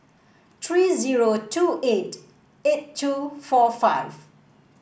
three zero two eight eight two four five